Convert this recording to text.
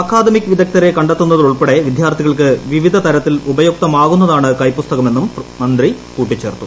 academic വിഗദ്ധരെ കണ്ടെത്തുന്നതുൾപ്പെടെ വിദ്യാർത്ഥികൾക്ക് വിവിധ തരത്തിൽ ഉപയുക്തമാകുന്നതാണ് കൈപ്പുസ്തകമെന്നും കേന്ദ്രമന്ത്രി കൂട്ടിച്ചേർത്തു